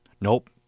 Nope